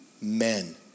men